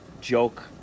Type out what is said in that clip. joke